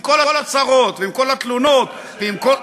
עם כל הצרות ועם כל התלונות, נחמן, השאלה, ועם כל,